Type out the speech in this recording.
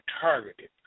targeted